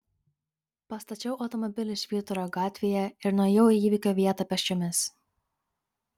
pastačiau automobilį švyturio gatvėje ir nuėjau į įvykio vietą pėsčiomis